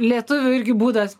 lietuvių irgi būdas